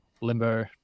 limbo